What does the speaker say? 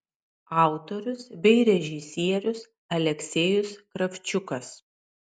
autorius bei režisierius aleksejus kravčiukas